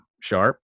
Sharp